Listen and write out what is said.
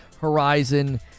Horizon